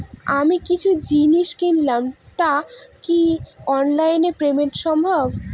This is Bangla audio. আমি কিছু জিনিস কিনলাম টা কি অনলাইন এ পেমেন্ট সম্বভ?